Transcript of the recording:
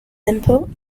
simple